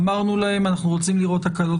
אמרנו להם שאנחנו רוצים לראות הקלות